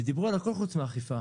ודיברו על הכול חוץ מאכיפה.